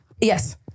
Yes